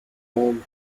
home